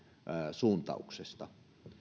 suuntauksesta